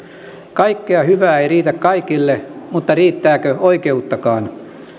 kaikkea hyvää ei riitä kaikille mutta riittääkö oikeuttakaan